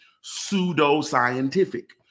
pseudo-scientific